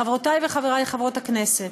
חברותי וחברי חברות הכנסת,